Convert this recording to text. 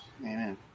Amen